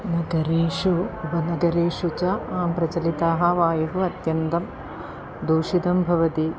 नगरेषु उपनगरेषु च आं प्रचलितः वायुः अत्यन्तं दूषितं भवति